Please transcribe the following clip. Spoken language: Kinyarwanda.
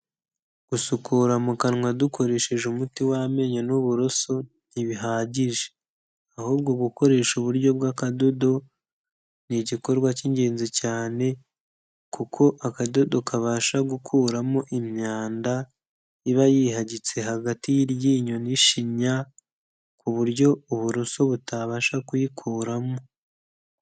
Gusukura mu kanwa dukoresheje umuti w'amenyo n'uburoso, ntibihagije ahubwo gukoresha uburyo bw'akadodo, ni igikorwa cy'ingenzi cyane kuko akadodo kabasha gukuramo imyanda, iba yihagitse hagati y'iryinyo n'ishinya ku buryo uburoso butabasha kuyikuramo.